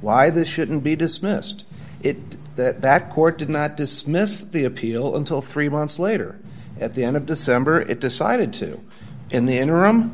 why this shouldn't be dismissed it that that court did not dismiss the appeal until three months later at the end of december it decided to in the interim